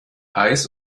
eis